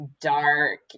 dark